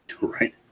right